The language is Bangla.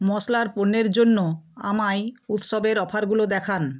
মশলার পণ্যের জন্য আমায় উৎসবের অফারগুলো দেখান